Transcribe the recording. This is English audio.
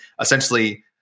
essentially